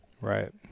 Right